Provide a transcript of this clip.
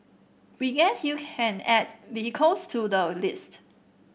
we guess you can add vehicles to the list